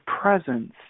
presence